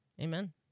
Amen